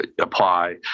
Apply